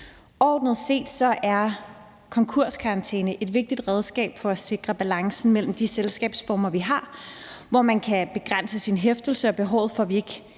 Generelt set er konkurskarantæne et vigtigt redskab for at sikre balancen mellem de selskabsformer, vi har, hvor man kan begrænse sin hæftelse, og behovet for, at det ikke